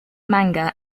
manga